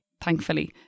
thankfully